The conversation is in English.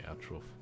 actual